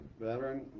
veteran